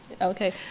okay